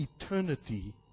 eternity